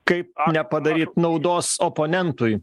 kaip nepadaryt naudos oponentui